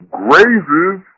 grazes